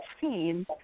seen